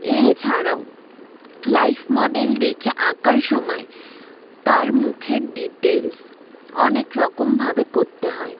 এইছাড়াও live model দেখে আঁকার সময় তার মুখের ডিটেলস অনেক রকমভাবে করতে হয়